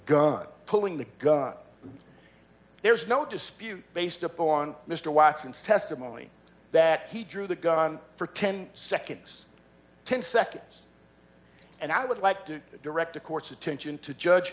gun pulling the gun there's no dispute based up on mr watson's testimony that he drew the gun for ten seconds ten seconds and i would like to direct the court's attention to judge